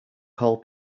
call